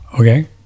Okay